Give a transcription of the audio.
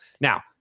Now